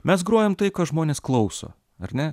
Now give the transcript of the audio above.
mes grojam tai ką žmonės klauso ar ne